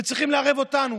והם צריכים לערב אותנו.